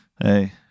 Hey